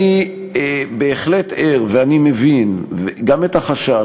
אני בהחלט ער, ואני גם מבין את החשש.